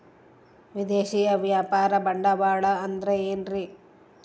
ವಿದೇಶಿಯ ವ್ಯಾಪಾರ ಬಂಡವಾಳ ಅಂದರೆ ಏನ್ರಿ?